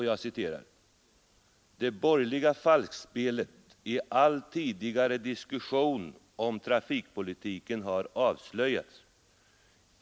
Jag citerar: ”Det borgerliga falskspelet i all tidigare diskussion om trafikpolitiken har avslöjats.